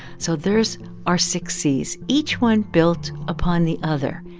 so there's our six c's, each one built upon the other.